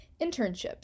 internships